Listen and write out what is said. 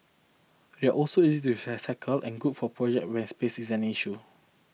they are also easy to recycle and good for projects where space is an issue